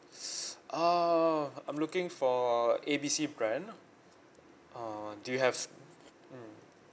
uh I'm looking for A B C brand uh do you have mmhmm